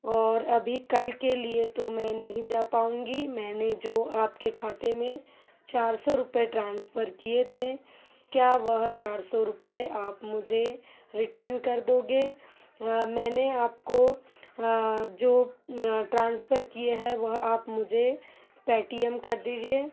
और अभी कल के लिए तो मैं नहीं जा पाऊँगी मैंने जो आपके खाते में चार सौ रुपये ट्रांसफर किए थे क्या वह चार रुपये आप मुझे रिटर्न कर दोगे मैंने आपको जो ट्रान्स्फर किया है वह आप मुझे पेटीएम कर दीजिए